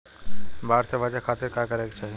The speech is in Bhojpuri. बाढ़ से बचे खातिर का करे के चाहीं?